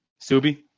Subi